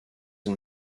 and